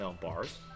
bars